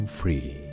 free